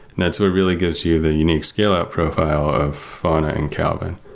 that's what really gives you the unique scale out profile of fauna and calvin.